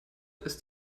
ist